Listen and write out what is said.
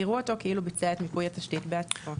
יראו אותו כאילו ביצע את מיפוי התשתית בעצמו.